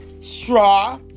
straw